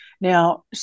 Now